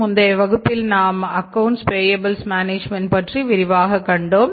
முந்தைய வகுப்பில் நாம் அக்கவுண்ட்ஸ் பேயபில்ஸ் மேனேஜ்மென்ட் பற்றி விரிவாகக் கண்டோம்